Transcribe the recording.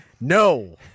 No